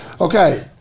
Okay